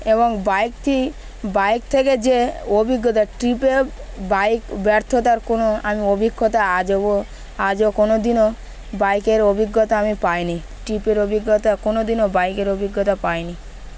এবং বাইকটি বাইক থেকে যে অভিজ্ঞতা ট্রিপে বাইক ব্যর্থতার কোনো আমি অভিজ্ঞতা আজও আজও কোনো দিনও বাইকের অভিজ্ঞতা আমি পাইনি ট্রিপের অভিজ্ঞতা কোনো দিনও বাইকের অভিজ্ঞতা পাইনি